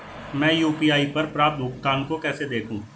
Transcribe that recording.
मैं यू.पी.आई पर प्राप्त भुगतान को कैसे देखूं?